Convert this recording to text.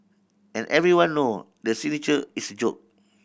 and everyone know the signature is joke